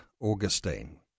Augustine